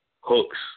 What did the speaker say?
Hooks